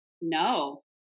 No